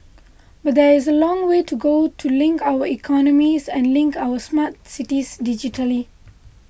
but there is a long way to go to link our economies and link up our smart cities digitally